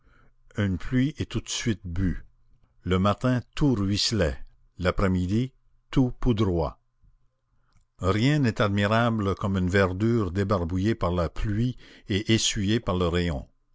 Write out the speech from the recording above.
une pluie est tout de suite bue le matin tout ruisselait l'après-midi tout poudroie rien n'est admirable comme une verdure débarbouillée par la pluie et essuyée par le rayon